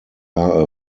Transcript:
are